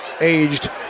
aged